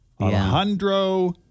Alejandro